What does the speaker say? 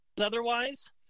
Otherwise